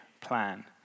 plan